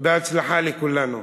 בהצלחה לכולנו.